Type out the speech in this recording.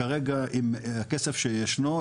כרגע עם הכסף שישנו,